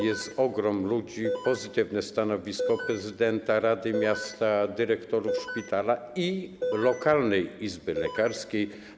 Jest ogrom ludzi, pozytywne stanowisko prezydenta, rady miasta, dyrektorów szpitala i lokalnej izby lekarskiej.